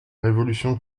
révolution